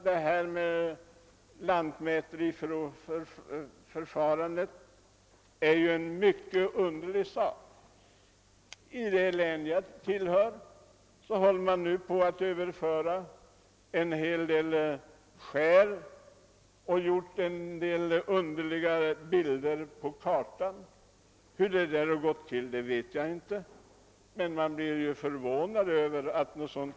Dagens lantmäteriförfarande är också mycket underligt. I mitt hemlän håller man nu på att överföra en hel del skär i ny ägo och har därvid infört en del underligheter på sjökorten. Hur man kommit fram till sina resultat vet jag inte, men tillvägagångssättet förvånar mig.